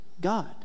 God